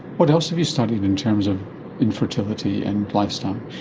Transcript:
what else have you studied in terms of infertility and lifestyle?